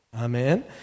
Amen